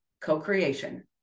co-creation